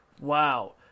Wow